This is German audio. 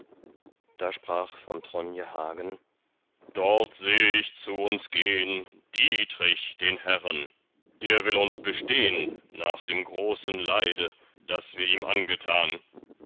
da sprach von tronje hagen dort seh ich zu uns gehn dietrich den herren der will uns bestehn nach dem großen leide das wir ihm angetan